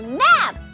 nap